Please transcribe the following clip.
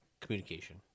communication